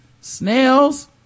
snails